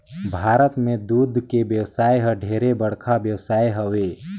भारत में दूद के बेवसाय हर ढेरे बड़खा बेवसाय हवे